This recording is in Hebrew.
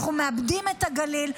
אנחנו מאבדים את הגליל,